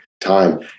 time